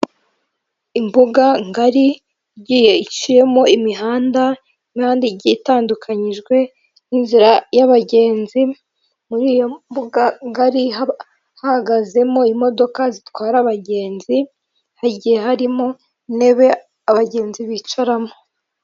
Imbuga ngari igiye iciyemo imihanda, n'ahandi igiye itandukanyijwe n'inzira y'abagenzi. Muri iyo nbuga ngari hahagazemo imodoka zitwara abagenzi, hagihe harimo intebe abagenzi bicaramo.